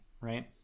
right